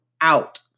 out